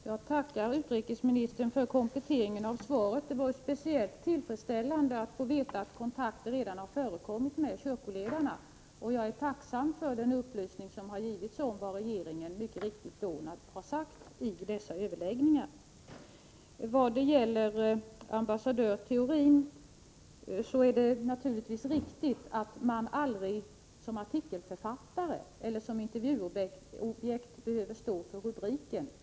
Herr talman! Jag tackar utrikesministern för kompletteringen av hans svar. Det var speciellt tillfredsställande att få veta att kontakter redan har förekommit med kyrkoledarna, och jag är tacksam för den upplysning som givits om vad regeringen har sagt i dessa överläggningar. Vad gäller ambassadör Theorin är det naturligtvis riktigt att man aldrig som artikelförfattare eller som intervjuobjekt står för rubriken.